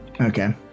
Okay